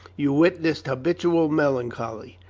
yoo witnessed habitual melancholy,